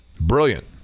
Brilliant